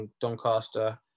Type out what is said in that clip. Doncaster